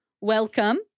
welcome